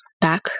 back